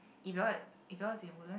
if your if yours in Woodlands